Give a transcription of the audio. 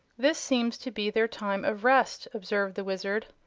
this seems to be their time of rest, observed the wizard.